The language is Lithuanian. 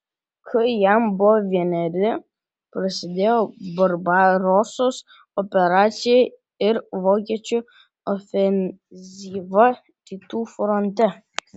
kai jam buvo vieneri prasidėjo barbarosos operacija ir vokiečių ofenzyva rytų fronte